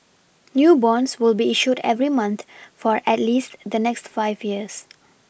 new bonds will be issued every month for at least the next five years